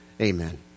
Amen